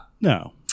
no